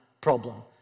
problem